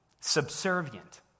subservient